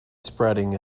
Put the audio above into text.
spreading